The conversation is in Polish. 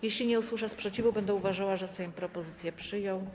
Jeśli nie usłyszę sprzeciwu, będę uważała, że Sejm propozycję przyjął.